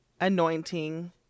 anointing